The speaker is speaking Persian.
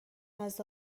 نزد